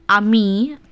आमी